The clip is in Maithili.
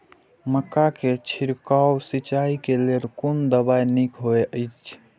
मक्का के छिड़काव सिंचाई के लेल कोन दवाई नीक होय इय?